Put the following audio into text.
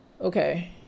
Okay